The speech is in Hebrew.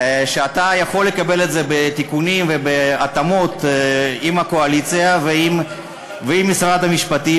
שאתה יכול לקבל את זה בתיקונים ובהתאמות עם הקואליציה ועם משרד המשפטים,